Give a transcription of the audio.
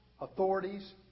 Authorities